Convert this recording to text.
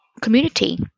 community